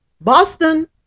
Boston